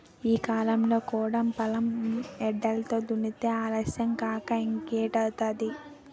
ఈ కాలంలో కూడా పొలం ఎడ్లతో దున్నితే ఆలస్యం కాక ఇంకేటౌద్ది?